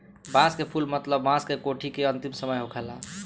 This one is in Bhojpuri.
बांस के फुल मतलब बांस के कोठी के अंतिम समय होखेला